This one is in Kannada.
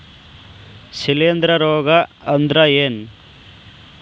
ಶಿಲೇಂಧ್ರ ರೋಗಾ ಅಂದ್ರ ಏನ್?